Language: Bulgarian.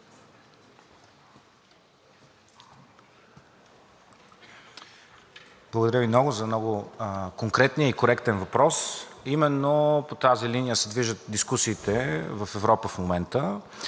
Благодаря Ви много за конкретния и коректен въпрос. Именно по тази линия се движат дискусиите в Европа в момента.